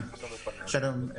שלום.